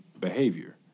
behavior